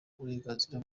uburenganzira